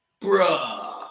Bruh